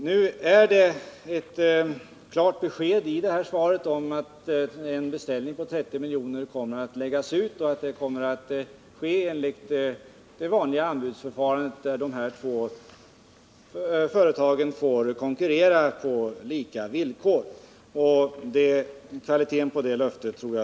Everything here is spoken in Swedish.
Det ges i svaret klart besked om att en beställning på 30 miljoner kommer att läggas ut och att det kommer att ske enligt det vanliga anbudsförfarandet, där de två företagen får konkurrera på lika villkor. Sune Johansson kan lita på kvaliteten i det löftet.